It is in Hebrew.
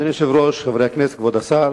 אדוני היושב-ראש, חברי הכנסת, כבוד השר,